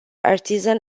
artisan